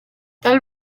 tal